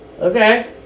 Okay